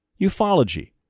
ufology